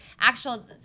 actual